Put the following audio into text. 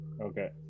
Okay